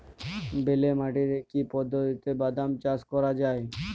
বেলে মাটিতে কি পদ্ধতিতে বাদাম চাষ করা যায়?